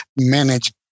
manage